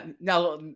now